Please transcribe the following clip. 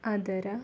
ಅದರ